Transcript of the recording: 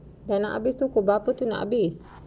dah nak habis pukul berapa tu nak habis